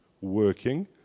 working